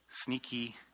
Sneaky